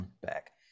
back